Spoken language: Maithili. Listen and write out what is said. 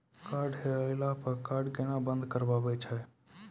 कार्ड हेरैला पर कार्ड केना बंद करबै छै?